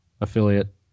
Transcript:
affiliate